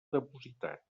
depositat